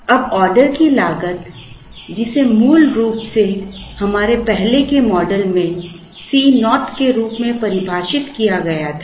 अब ऑर्डर की लागत जिसे मूल रूप से हमारे पहले के मॉडल में C naught के रूप में परिभाषित किया गया था